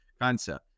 concept